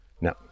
No